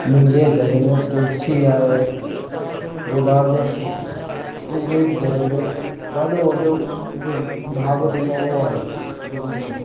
मुंहिंजे घर में तुलसी आहे गुला जा फु फू मुंहिंजे घर में ॾाढो वॾो जीअं बाग थींदो आहे उहो आहे बाग़ीचो